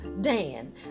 Dan